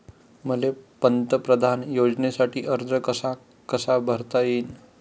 मले पंतप्रधान योजनेसाठी अर्ज कसा कसा करता येईन?